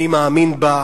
אני מאמין בה,